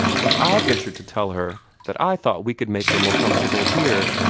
and i ventured to tell her that i thought we could make her more comfortable here.